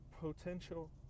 potential